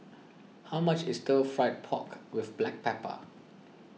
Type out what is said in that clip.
how much is Stir Fried Pork with Black Pepper